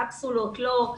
קפסולות או לא,